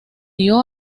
dio